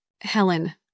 Helen